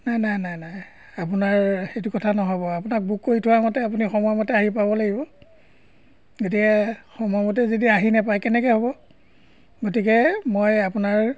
নাই নাই নাই নাই আপোনাৰ সেইটো কথা নহ'ব আপোনাক বুক কৰি থোৱামতে আপুনি সময়মতে আহি পাব লাগিব গতিকে সময়মতে যদি আহি নাপায় কেনেকৈ হ'ব গতিকে মই আপোনাৰ